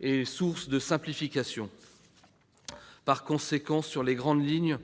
et source de simplification. En conséquence, sur les grandes lignes,